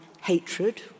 hatred